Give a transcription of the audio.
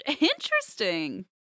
Interesting